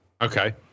Okay